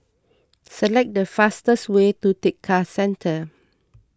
select the fastest way to Tekka Centre